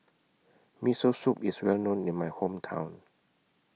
Miso Soup IS Well known in My Hometown